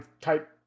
type